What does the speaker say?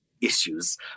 issues